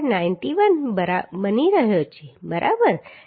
91 બની રહ્યો છે બરાબર